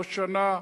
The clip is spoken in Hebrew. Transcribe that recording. לא שנה,